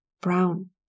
brown